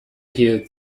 hielt